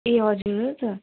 ए हजुर हो त